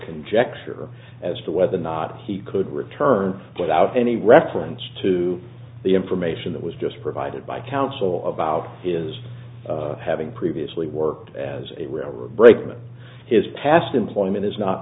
conjecture as to whether or not he could return without any reference to the information that was just provided by counsel about is having previously worked as a real brakeman his past employment is not